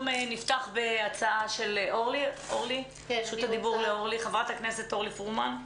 נפתח בהצעה לסדר של חברת הכנסת אורלי פרומן,